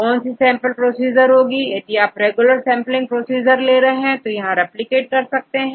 अब कौन सी सैंपल प्रोसीजर होंगी यदि आप रेगुलर सेंपलिंग प्रोसीजर ले रहे हैं और यहां रिप्लिकेट कर रहे हैं